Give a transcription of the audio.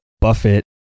Buffett